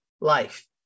life